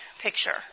picture